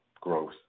growth